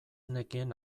nekien